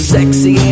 Sexy